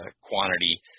quantity